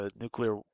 nuclear